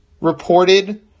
reported